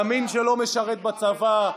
ימין שלא משרת בצבא,